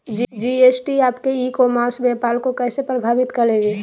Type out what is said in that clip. GST आपके e commerce व्यापार को कैसे प्रभावित करेगी?